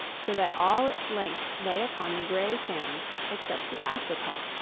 so that all its length lay upon the gray sand except the after part,